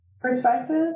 perspective